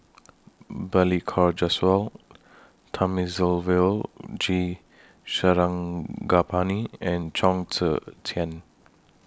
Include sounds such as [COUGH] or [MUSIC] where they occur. [NOISE] Balli Kaur Jaswal Thamizhavel G Sarangapani and Chong Tze Chien